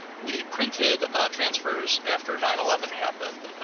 we printed transfers after nine eleven happened.